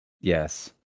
Yes